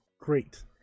great